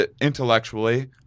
intellectually